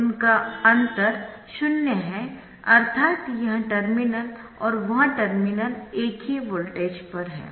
उनका अंतर शून्य है अर्थात यह टर्मिनल और वह टर्मिनल एक ही वोल्टेज पर है